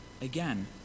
Again